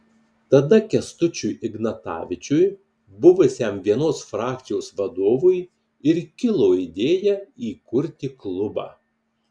tada kęstučiui ignatavičiui buvusiam vienos frakcijos vadovui ir kilo idėja įkurti klubą